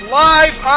live